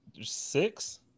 six